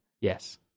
Yes